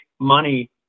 money